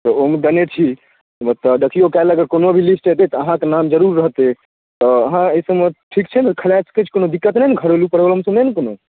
तऽ ओहिमे देने छी आब तऽ देखिऔ काल्हि अगर कोनो भी लिस्ट एतै तऽ अहाँके नाम जरूर रहतै तऽ अहाँ एहि सबमे ठीक छी ने खलाए सकै छी कोनो दिक्कत नहि ने घरेलू प्रोब्लम तऽ नहि ने कोनो